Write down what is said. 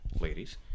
ladies